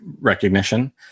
recognition